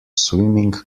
swimming